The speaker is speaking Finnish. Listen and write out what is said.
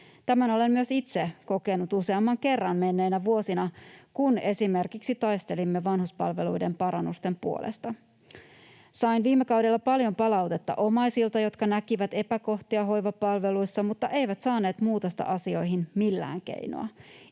Tämän olen myös itse kokenut useamman kerran menneinä vuosina, kun esimerkiksi taistelimme vanhuspalveluiden parannusten puolesta. Sain viime kaudella paljon palautetta omaisilta, jotka näkivät epäkohtia hoivapalveluissa mutta eivät saaneet muutosta asioihin millään keinolla.